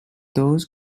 those